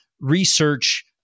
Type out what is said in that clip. research